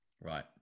Right